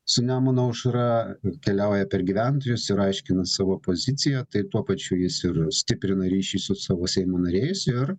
su nemuno aušra keliauja per gyventojus ir aiškina savo poziciją tai tuo pačiu jis ir stiprina ryšį su savo seimo nariais ir